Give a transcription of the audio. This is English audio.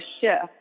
shift